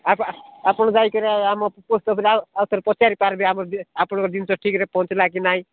ଆପଣ ଆପଣ ଯାଇକରି ଆମ ପୋଷ୍ଟ ଅଫିସ୍ ଆଉ ଥରେ ପଚାରି ପାରିବେ ଆମର ଆପଣଙ୍କ ଜିନିଷ ଠିକ୍ରେ ପହଞ୍ଚିଲା କି ନାହିଁ